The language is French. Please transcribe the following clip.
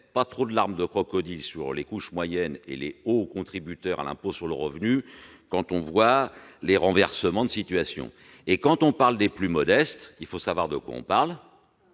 pas trop de larmes de crocodile sur les couches moyennes et les hauts contributeurs à l'impôt sur le revenu : considérez plutôt certains renversements de situation ! Quand on parle des plus modestes, il faut savoir de quoi l'on parle.